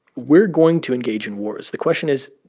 we're going to engage in wars. the question is,